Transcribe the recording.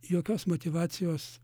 jokios motyvacijos